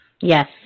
Yes